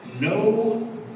No